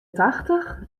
tachtich